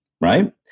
right